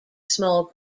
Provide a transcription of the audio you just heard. small